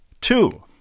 Two